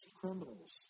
criminals